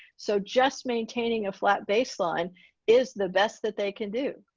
so just maintaining a flat baseline is the best that they can do.